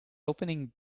opening